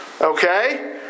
Okay